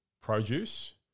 produce